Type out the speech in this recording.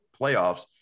playoffs